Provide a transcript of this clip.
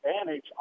advantage